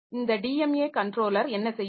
இந்த DMA controller என்ன செய்யும்